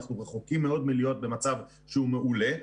אנחנו רחוקים מאוד מלהיות במצב שהוא מעולה.